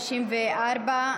64,